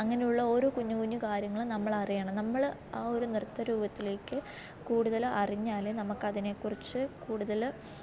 അങ്ങനെയുള്ള ഓരോ കുഞ്ഞ്കുഞ്ഞ് കാര്യങ്ങളും നമ്മളറിയണം നമ്മൾ ആ ഒരു നൃത്തരൂപത്തിലേക്ക് കൂടുതൽ അറിഞ്ഞാലേ നമുക്ക് അതിനെ കുറിച്ച് കൂടുതൽ